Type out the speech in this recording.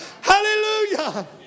Hallelujah